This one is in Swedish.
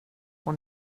här